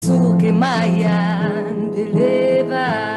צור כמעיין בלב ה..